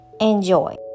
Enjoy